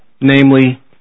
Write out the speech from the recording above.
namely